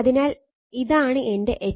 അതിനാൽ ഇതാണ് എന്റെ Hmax